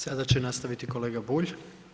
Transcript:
Sada će nastaviti kolega Bulj.